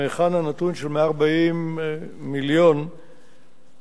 מהיכן הנתון של 140 מיליון מ"ק